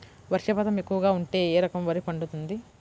వర్షపాతం ఎక్కువగా ఉంటే ఏ రకం వరి పండుతుంది?